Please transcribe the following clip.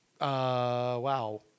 wow